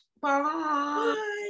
Bye